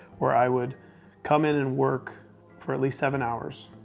where i would come in and work for at least seven hours.